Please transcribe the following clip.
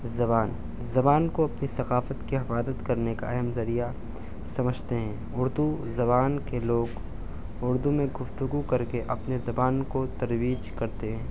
زبان زبان کو اپنی ثقافت کی حفاظت کرنے کا اہم ذریعہ سمجھتے ہیں اردو زبان کے لوگ اردو میں گفتگو کر کے اپنے زبان کو ترویج کرتے ہیں